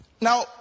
Now